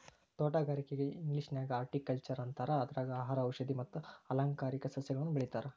ತೋಟಗಾರಿಕೆಗೆ ಇಂಗ್ಲೇಷನ್ಯಾಗ ಹಾರ್ಟಿಕಲ್ಟ್ನರ್ ಅಂತಾರ, ಇದ್ರಾಗ ಆಹಾರ, ಔಷದಿ ಮತ್ತ ಅಲಂಕಾರಿಕ ಸಸಿಗಳನ್ನ ಬೆಳೇತಾರ